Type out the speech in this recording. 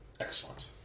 Excellent